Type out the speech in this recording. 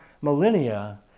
millennia